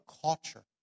culture